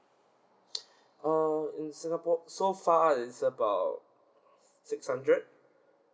uh in singapore so far is about six hundred